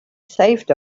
saved